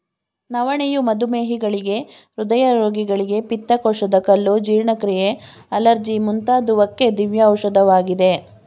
ನವಣೆಯು ಮಧುಮೇಹಿಗಳಿಗೆ, ಹೃದಯ ರೋಗಿಗಳಿಗೆ, ಪಿತ್ತಕೋಶದ ಕಲ್ಲು, ಜೀರ್ಣಕ್ರಿಯೆ, ಅಲರ್ಜಿ ಮುಂತಾದುವಕ್ಕೆ ದಿವ್ಯ ಔಷಧವಾಗಿದೆ